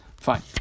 Fine